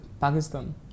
Pakistan